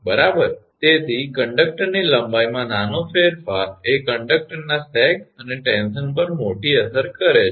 બરાબર તેથી કંડકટરની લંબાઈમાં નાનો ફેરફાર એ કંડકટરના સેગ અને ટેન્શન પર મોટી અસર કરે છે